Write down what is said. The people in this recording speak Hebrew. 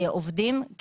עובדים.